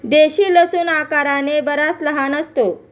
देशी लसूण आकाराने बराच लहान असतो